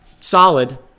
Solid